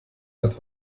hat